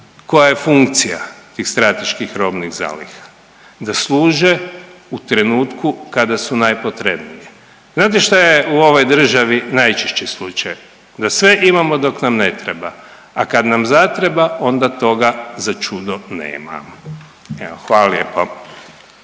koja je funkcija tih strateških robnih zaliha, da služe u trenutku kada su najpotrebnije. Znate šta je u ovoj državi najčešće slučaj? Da sve imamo dok nam ne treba, a kad nam zatreba onda tog začudo nema, evo hvala lijepo.